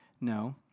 No